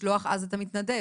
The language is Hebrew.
לשלוח אז את המתנדב?